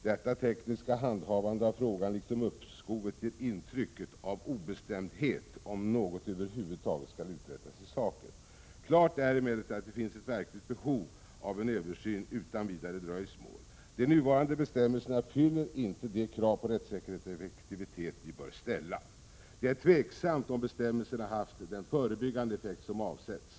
Detta tekniska handhavande av frågan ger liksom uppskovet ett intryck av obestämdhet om något över huvud taget skall uträttas i saken. Klart är emellertid att det finns ett verkligt behov av en översyn utan vidare dröjsmål. De nuvarande bestämmelserna fyller inte de krav på rättssäkerhet och effektivitet som vi bör ställa. Det är tveksamt om bestämmelserna haft den förebyggande effekt som avsetts.